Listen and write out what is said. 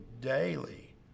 daily